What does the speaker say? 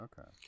okay